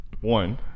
One